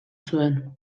zuen